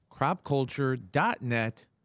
cropculture.net